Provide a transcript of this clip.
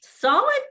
Solid